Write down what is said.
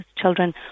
children